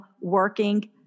working